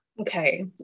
okay